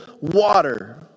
water